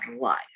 life